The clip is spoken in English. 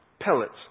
pellets